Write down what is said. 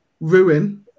ruin